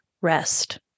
rest